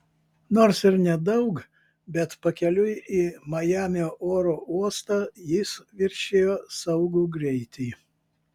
nors ir nedaug bet pakeliui į majamio oro uostą jis viršijo saugų greitį